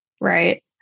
Right